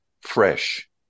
fresh